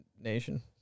nation